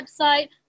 website